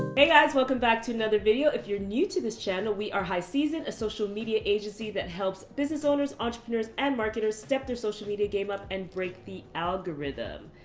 but guys, welcome back to another video. if you're new to this channel, we are high season a social media agency that helps business owners, entrepreneurs, and marketers step their social media game up and break the algorithm.